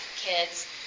kids